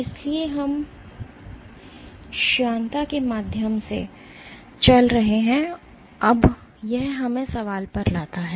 इसलिए हम समीकरण के माध्यम से चल रहे हैं अब यह हमें सवाल पर लाता है